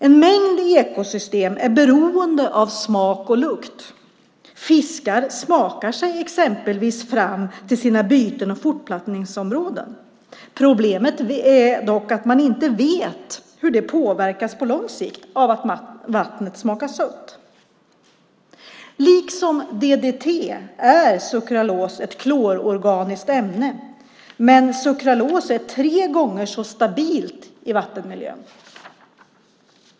En mängd ekosystem är beroende av smak och lukt. Fiskar smakar sig exempelvis fram till sina byten och fortplantningsområden. Problemet är dock att man inte vet hur de påverkas på lång sikt av att vattnet smakar sött. Liksom DDT är sukralos ett klororganiskt ämne, men sukralos är tre gånger så stabil i vattenmiljön.